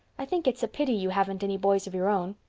i think it's a pity you haven't any boys of your own.